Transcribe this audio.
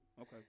Okay